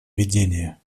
видения